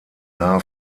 nahe